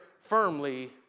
firmly